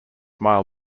mile